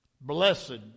Blessed